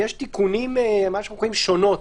יש תיקונים שקרויים "שונות".